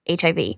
HIV